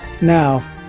now